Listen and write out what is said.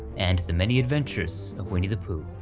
and the many adventures of winnie the pooh.